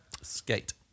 skate